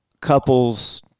couples